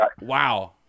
Wow